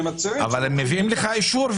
הם מצהירים שהם --- אבל הם מביאים לך אישור,